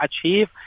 achieve